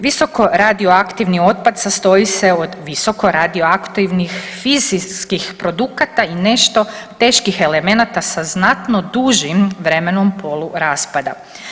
Visokoradioaktivni otpad sastoji se od visokoradioaktivnih fizičkih produkata i nešto teških elemenata sa znatno dužim vremenom poluraspada.